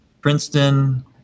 Princeton